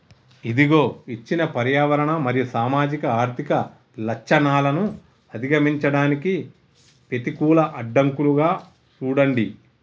ఇదిగో ఇచ్చిన పర్యావరణ మరియు సామాజిక ఆర్థిక లచ్చణాలను అధిగమించడానికి పెతికూల అడ్డంకులుగా సూడండి